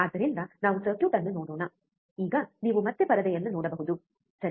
ಆದ್ದರಿಂದ ನಾವು ಸರ್ಕ್ಯೂಟ್ ಅನ್ನು ನೋಡೋಣ ಈಗ ನೀವು ಮತ್ತೆ ಪರದೆಯನ್ನು ನೋಡಬಹುದು ಸರಿ